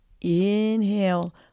Inhale